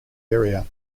area